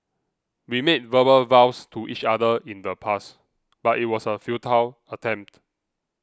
we made verbal vows to each other in the past but it was a futile attempt